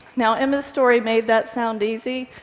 now emma's story made that sound easy,